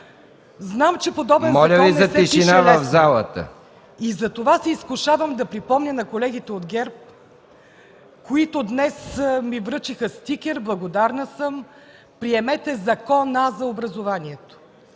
Знам, че подобен закон не се пише лесно и затова се изкушавам да припомня на колегите от ГЕРБ, които днес ми връчиха стикер – благодарна съм, „приемете Закона за образованието”.